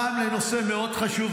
פעם לנושא מאוד חשוב,